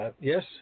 Yes